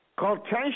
Contention